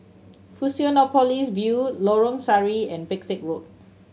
Fusionopolis View Lorong Sari and Pesek Road